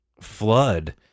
flood